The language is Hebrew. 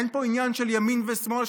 אין פה עניין של ימין ושמאל,